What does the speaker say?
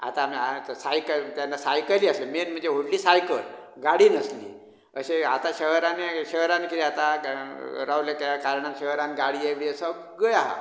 आतां म्हण सायकल तेन्ना सायकली आसल्यो मैन म्हणजे व्हडली सायकल गाडी नासली अशें आतां शहरानीय शहरान कितें जाता रावले कांय कारणा शिवाय गाडयो बी सगळें आहा